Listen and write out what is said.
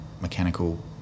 mechanical